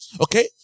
okay